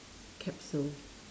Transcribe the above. capsule